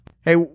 Hey